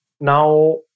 now